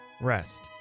rest